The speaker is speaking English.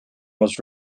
was